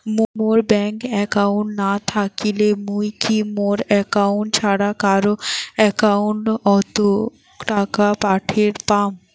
মোর bank account না থাকিলে মুই কি মোর একাউন্ট ছাড়া কারো একাউন্ট অত টাকা পাঠের পাম?